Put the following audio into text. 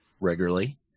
regularly